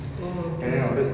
oh okay